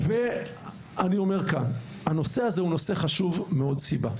לכן אני אומר כאן, הנושא הזה חשוב מעוד סיבה.